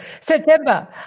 September